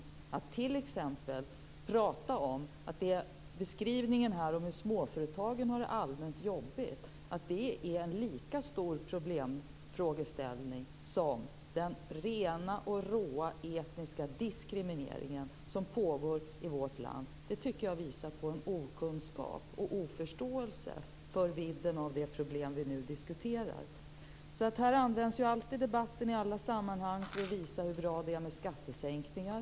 Han pratar t.ex. om att småföretagen har det allmänt jobbigt och att det är en lika allvarlig problemställning som den rena och råa etniska diskriminering som pågår i vårt land. Det tycker jag visar på en okunskap om och oförståelse för vidden av det problem som vi nu diskuterar. Debatten här används alltid och i alla sammanhang för att visa hur bra det är med skattesänkningar.